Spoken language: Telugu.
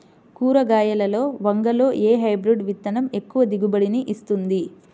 కూరగాయలలో వంగలో ఏ హైబ్రిడ్ విత్తనం ఎక్కువ దిగుబడిని ఇస్తుంది?